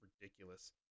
ridiculous